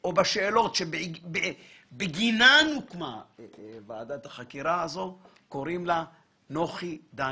או בשאלות שבגינן הוקמה ועדת החקירה הזו קוראים נוחי דנקנר.